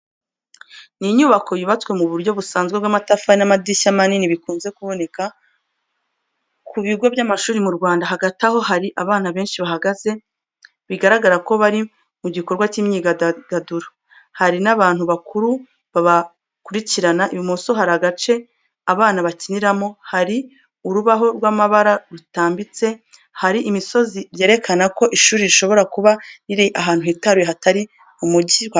Ni inyubako yubatswe mu buryo busanzwe bw'amatafari n'amadirishya manini, bikunze kuboneka ku bigo by’amashuri mu Rwanda. Hagati aho hari abana benshi bahagaze bigaragara ko bari mu gikorwa cy’imyidagaduro. Hari n’abantu bakuru babakurikirana. Ibumoso hari agace abana bakiniramo, harimo urubaho rw’amabara rutambitse. Hari imisozi byerekana ko ishuri rishobora kuba riri ahantu hitaruye, hatari mu mujyi rwagati.